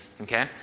okay